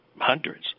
hundreds